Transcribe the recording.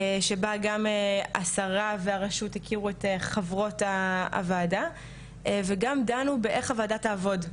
שבה גם השרה והרשות הכירו את חברות הוועדה וגם דנו באיך הוועדה תעבוד.